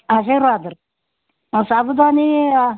ಆಶೀರ್ವಾದ್ ರೀ ಹಾಂ ಸಾಬುದಾನ